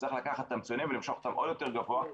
צריך לקחת אותם ולמשוך אותם עוד יותר גבוה.